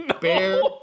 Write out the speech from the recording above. Bear